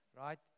right